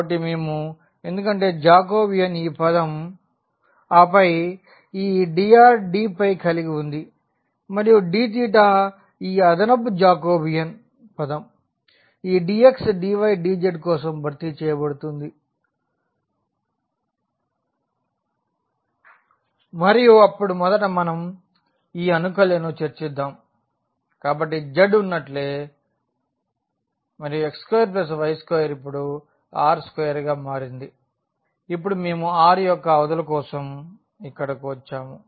కాబట్టి మేము ఎందుకంటే జాకోబియన్ ఈ పదం ఆపై ఈ dr dకలిగివుంది మరియు d ఈ అదనపు జాకోబియన్ పదం ఈ dx dy dz కోసం భర్తీ చేయబడుతుంది మరియు అప్పుడు మొదట మనం ఈ అనుకల్యను చర్చిద్దాం కాబట్టి z ఉన్నట్లే మరియు x2y2 ఇప్పుడు r2గా మారింది ఇప్పుడు మేము r యొక్క అవధుల కోసం ఇక్కడ వచ్చాము